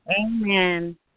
Amen